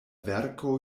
verko